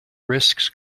risks